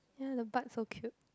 ya the butt so cute